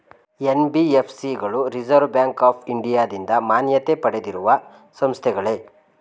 NBFC ಗಳು reserve bank of ಇಂಡಿಯಾದಿಂದ ಮಾನ್ಯತೆ ಪಡೆದಿರುವ ಸಂಸ್ಥೆಗಳೇ?